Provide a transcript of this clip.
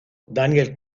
daniel